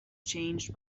changed